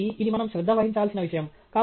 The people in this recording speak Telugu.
కాబట్టి ఇది మనం శ్రద్ధ వహించాల్సిన విషయం